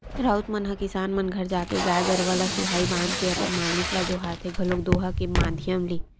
राउत मन ह किसान मन घर जाके गाय गरुवा ल सुहाई बांध के अपन मालिक ल जोहारथे घलोक दोहा के माधियम ले